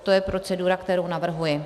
To je procedura, kterou navrhuji.